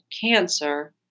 cancer